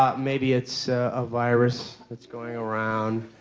ah maybe it's a virus that's going around,